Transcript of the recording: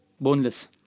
boneless